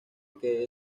que